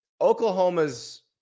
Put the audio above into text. Oklahoma's